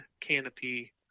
canopy